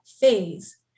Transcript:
phase